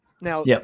now